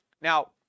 Now